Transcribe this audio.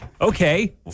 Okay